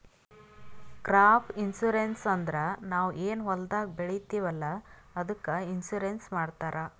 crop insurance ಅಂದುರ್ ನಾವ್ ಏನ್ ಹೊಲ್ದಾಗ್ ಬೆಳಿತೀವಿ ಅಲ್ಲಾ ಅದ್ದುಕ್ ಇನ್ಸೂರೆನ್ಸ್ ಮಾಡ್ತಾರ್